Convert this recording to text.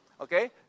Okay